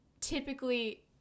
typically